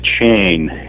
chain